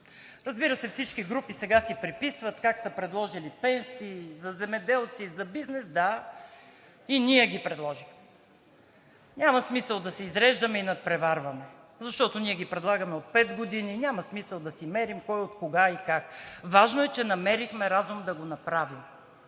на бюджета. Всички групи сега си приписват как са предложили пенсии, за земеделци, за бизнес. Да, и ние ги предложихме. Няма смисъл да се изреждаме и надпреварваме, защото ги предлагаме от пет години. Няма смисъл да си мерим кой, откога и как. Важно е, че намерихме разум да го направим